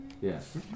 Yes